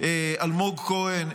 אלמוג כהן,